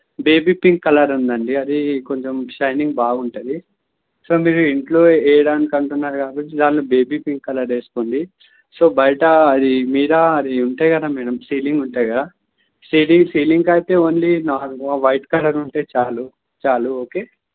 baby pink colour ఉందండి అది కొంచెం షైనింగ్ బాగుంటది సో మీరు ఇంట్లో ఏయడానికి అంటున్నారు కాబట్టి దాంట్లో బేబీ పింక్ కలర్ ఏసుకోండి సో బయట అది మీరా అది ఉంటాయి కదా మ్యాడమ్ సీలింగ్ ఉంటాది కదా సీలింగ్ సీలింగ్కైతే ఓన్లీ నార్మల్ వైట్ కలర్ ఉంటే చాలు చాలు ఓకే